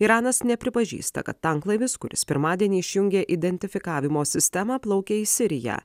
iranas nepripažįsta kad tanklaivis kuris pirmadienį išjungė identifikavimo sistemą plaukia į siriją